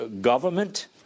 government